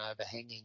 overhanging